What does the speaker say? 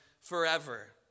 forever